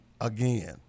again